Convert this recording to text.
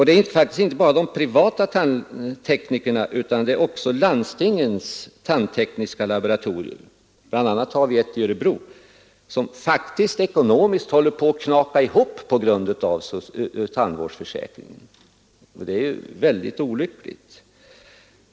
Det gäller faktiskt inte bara de privata tandteknikerna utan också landstingens tandtekniska laboratorier. Bl. a. har vi ett i Örebro, som ekonomiskt håller på att braka ihop på grund av tandvårdsförsäkringen. Det är ju väldigt olyckligt.